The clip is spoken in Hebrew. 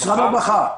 משרד הרווחה.